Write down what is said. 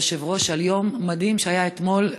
היושב-ראש, על יום מדהים שהיה אתמול,